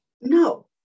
No